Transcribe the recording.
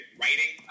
writing